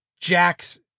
Jack's